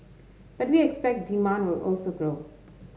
but we expect demand will also grow